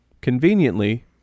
conveniently